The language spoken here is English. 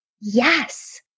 Yes